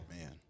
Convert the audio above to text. Man